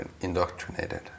indoctrinated